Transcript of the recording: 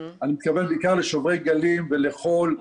אני מתכוון בעיקר לשוברי גלים ולחול.